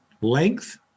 length